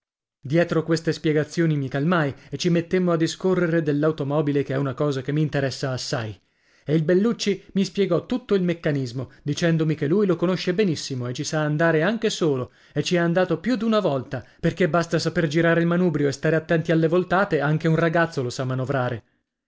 dietro queste spiegazioni mi calmai e ci mettemmo a discorrere dell'automobile che è una cosa che mi interessa assai e il bellucci mi spiegò tutto il meccanismo dicendomi che lui lo conosce benissimo e ci sa andare anche solo e ci è andato più d'una volta perché basta saper girare il manubrio e stare attenti alle voltate anche un ragazzo lo sa manovrare